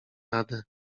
radę